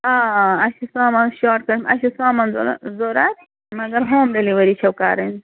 اَسہِ چھِ سامان شاٹ اَسہِ چھُ سامان ضوٚر ضوٚرَتھ مگر ہوم ڈیٚلِؤری چھَو کَرٕنۍ